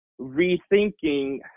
rethinking